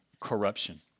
corruption